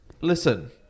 listen